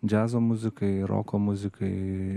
džiazo muzikai roko muzikai